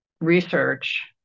research